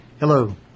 Hello